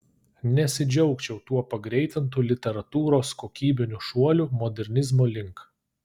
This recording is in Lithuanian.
nesidžiaugčiau tuo pagreitintu literatūros kokybiniu šuoliu modernizmo link